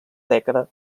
dècada